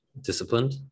disciplined